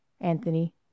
Anthony